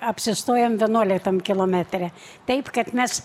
apsistojom vienuoliktam kilometre taip kad mes